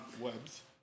Webs